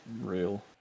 real